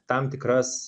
tam tikras